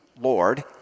Lord